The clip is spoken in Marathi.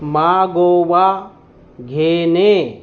मागोवा घेणे